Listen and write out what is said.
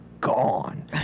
gone